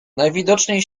najwidoczniej